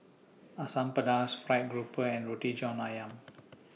Asam Pedas Fried Grouper and Roti John Ayam